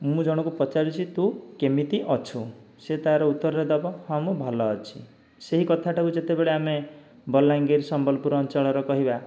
ମୁଁ ଜଣକୁ ପଚାରୁଛି ତୁ କେମିତି ଅଛୁ ସେ ତାର ଉତ୍ତରରେ ଦେବ ହଁ ମୁଁ ଭଲ ଅଛି ସେହି କଥାଟାକୁ ଯେତେବେଳେ ଆମେ ବଲାଙ୍ଗୀର ସମ୍ବଲପୁର ଅଞ୍ଚଳର କହିବା